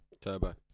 Turbo